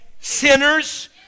sinners